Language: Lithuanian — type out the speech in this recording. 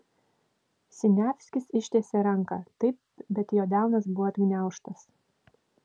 siniavskis ištiesė ranką taip bet jo delnas buvo atgniaužtas